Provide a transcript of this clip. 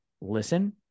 listen